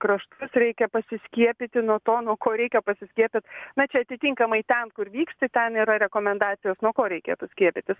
kraštus reikia pasiskiepyti nuo to nuo ko reikia pasiskiepit na čia atitinkamai ten kur vyksti ten yra rekomendacijos nuo ko reikėtų skiepytis